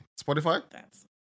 Spotify